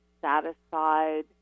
satisfied